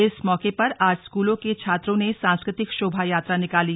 इस मौके पर आज आज स्कूलों के छात्रों ने सांस्कृतिक शोभा यात्रा निकाली